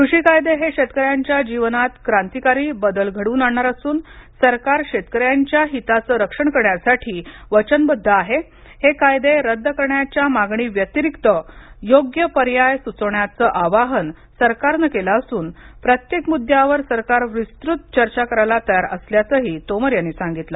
कृषी कायदे हे शेतकऱ्यांच्या जीवनांत क्रांतिकारी बदल घडवून आणणार असून सरकार शेतकऱ्यांच्या हितच रक्षण करण्यासाठी वचनबद्ध आहे हे कायदे रद्द करण्याच्या मागणी व्यतिरिक्त योग्य पर्याय सुचवण्याच आवाहन सरकारने केलं असून प्रत्येक मुद्द्यावर सरकार विस्तृत चर्चा करायला तयार असल्याचं ही तोमर यांनी सांगितलं